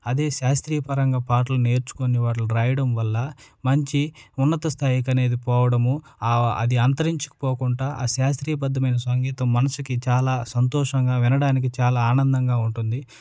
అదే శాస్త్రీయ పరంగా పాటలు నేర్చుకుని వాళ్ళు రాయడం వల్ల మంచి ఉన్నత స్థాయికి అనేది పోవడము అది అంతరించికిపోకుంటా శాస్త్రీయబద్ధమైన సంగీతం మనసుకి చాలా సంతోషంగా వినడానికి చాలా ఆనందంగా ఉంటుంది